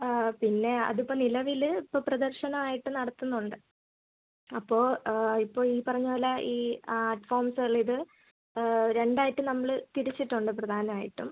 പിന്നെ അതിപ്പോൾ നിലവിൽ ഇപ്പോൾ പ്രദർശനം ആയിട്ട് നടത്തുന്നുണ്ട് അപ്പോൾ ഇപ്പോൾ ഈ പറഞ്ഞതുപോലെ ഈ ആർട്ട് ഫോംസ് അല്ല ഇത് രണ്ടായിട്ട് നമ്മൾ തിരിച്ചിട്ടുണ്ട് പ്രധാനമായിട്ടും